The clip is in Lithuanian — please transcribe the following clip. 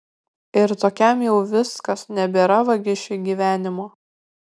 ir tokiam jau viskas nebėra vagišiui gyvenimo